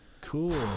cool